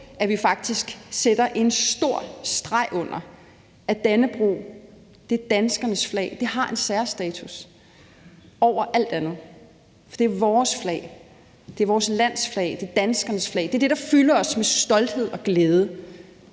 at vi faktisk sætter en stor streg under, at Dannebrog er danskernes flag. Det har en særstatus over alt andet, for det er vores flag, det er vores lands flag, det er danskernes flag. Det er det, der fylder os med stolthed og glæde,